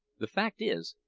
the fact is,